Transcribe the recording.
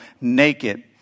naked